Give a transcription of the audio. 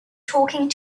talking